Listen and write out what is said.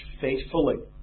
faithfully